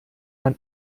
man